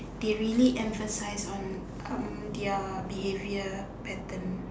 they really emphasise on um their behaviour pattern